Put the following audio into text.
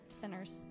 sinners